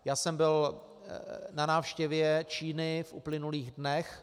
Já jsem byl na návštěvě Číny v uplynulých dnech.